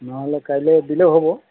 নহ'লে কাইলৈ দিলেও হ'ব